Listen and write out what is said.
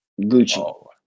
Gucci